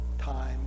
time